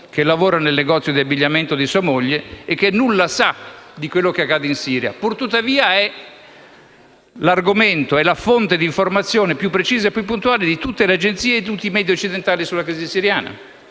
e lavora nel negozio di abbigliamento di sua moglie e che nulla sa di ciò che accade in Siria. Purtuttavia, è la fonte di informazione più precisa e puntuale di tutte le agenzie e i *media* occidentali sulla crisi siriana.